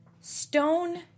Stone